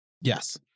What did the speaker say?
Yes